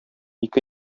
ике